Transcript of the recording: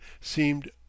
seemed